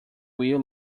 wheel